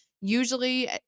usually